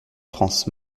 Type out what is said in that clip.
france